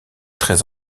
très